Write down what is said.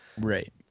right